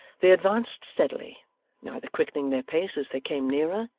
they advanced steadily neither quickening their pace as they came nearer,